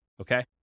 Okay